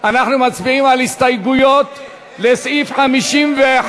אנחנו מצביעים על הסתייגויות לסעיף 51,